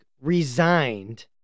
resigned